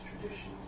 traditions